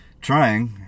trying